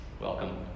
welcome